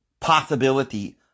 possibility